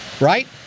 Right